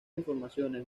informaciones